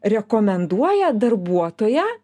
rekomenduoja darbuotoją